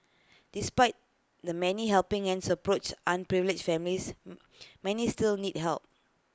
despite the many helping hands approach underprivileged families many still need help